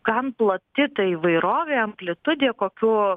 kam plati ta įvairovė amplitudė kokių